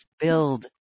build